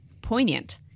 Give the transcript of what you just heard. Poignant